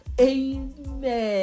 Amen